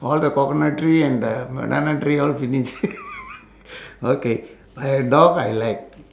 all the coconut tree and the banana tree all finish okay my dog I like